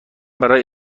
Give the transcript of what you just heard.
برای